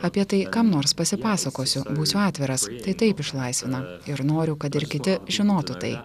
apie tai kam nors pasipasakosiu būsiu atviras tai taip išlaisvina ir noriu kad ir kiti žinotų tai